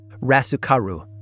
Rasukaru